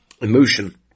emotion